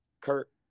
Kurt